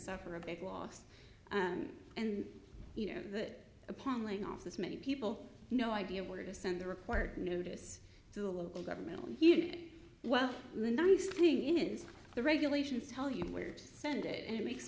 suffer a big loss and you know that upon laying off as many people no idea where to send the required notice to the local government on unit well the nice thing is the regulations tell you where to send it and it makes